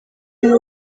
muri